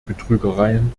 betrügereien